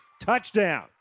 Touchdown